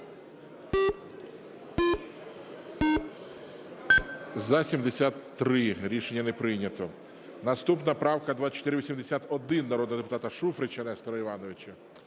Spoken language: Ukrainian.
За-73 Рішення не прийнято. Наступна правка – 2481, народного депутата Шуфрича Нестора Івановича.